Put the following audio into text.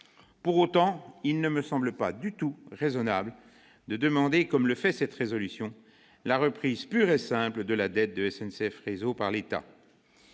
Pour autant, il ne me semble pas du tout raisonnable de demander, comme le font les auteurs de cette proposition de résolution, la reprise pure et simple de la dette de SNCF Réseau par l'État.